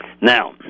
Now